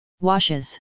washes